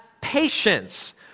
patience